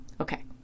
okay